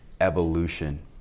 evolution